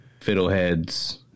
fiddleheads